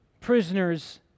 prisoners